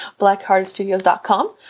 blackheartstudios.com